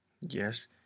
Yes